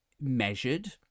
measured